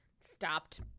stopped